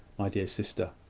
my dear sister.